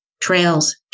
trails